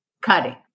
cutting